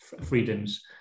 freedoms